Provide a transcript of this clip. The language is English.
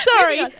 sorry